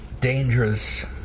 dangerous